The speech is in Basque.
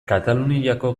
kataluniako